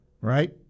right